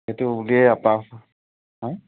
সেইটো উলিয়াবপৰা হা